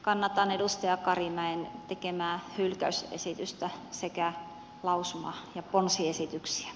kannatan edustaja karimäen tekemää hylkäysesitystä sekä lausuma ja ponsiesityksiä